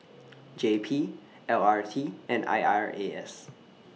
J P L R T and I R A S